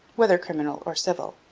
whether criminal or civil.